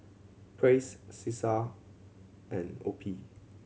Praise Cesar and OPI